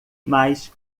mais